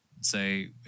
Say